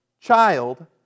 child